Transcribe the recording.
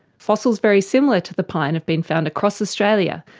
fossils very similar to the pine have been found across australia,